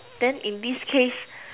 then in this case